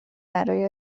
برای